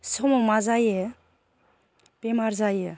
समाव मा जायो बेमार जायो